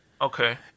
Okay